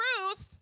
truth